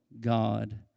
God